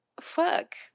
fuck